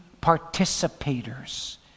participators